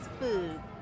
food